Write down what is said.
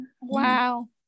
wow